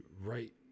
right